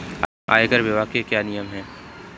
आयकर विभाग के क्या नियम हैं?